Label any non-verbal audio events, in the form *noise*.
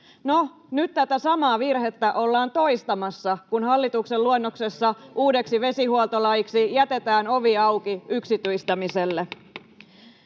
nyt tätä samaa virhettä ollaan toistamassa, *noise* kun hallituksen luonnoksessa uudeksi vesihuoltolaiksi jätetään ovi auki yksityistämiselle.